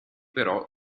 però